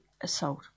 assault